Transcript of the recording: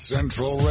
Central